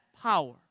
power